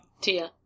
Tia